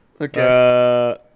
okay